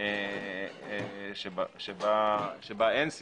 בה אין סיעות,